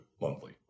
monthly